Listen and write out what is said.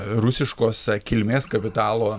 rusiškos kilmės kapitalo